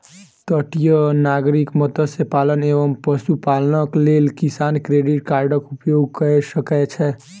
तटीय नागरिक मत्स्य पालन एवं पशुपालनक लेल किसान क्रेडिट कार्डक उपयोग कय सकै छै